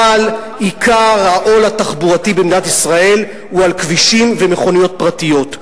אבל עיקר העול התחבורתי במדינת ישראל הוא על כבישים ומכוניות פרטיות.